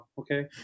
okay